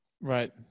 Right